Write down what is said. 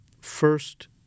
first